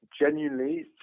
genuinely